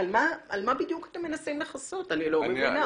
על מה בדיוק אתם מנסים לכסות, אני לא מבינה.